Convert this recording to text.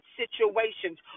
situations